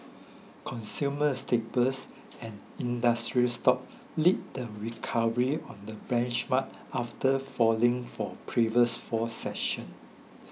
consumer staples and industrial stocks lead the recovery on the benchmark after falling for previous four sessions